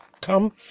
come